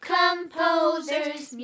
composers